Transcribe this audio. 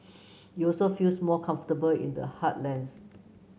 you also feels more comfortable in the heartlands